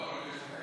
אם כן,